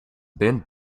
been